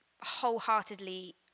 wholeheartedly